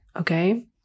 okay